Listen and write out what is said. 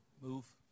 move